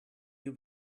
you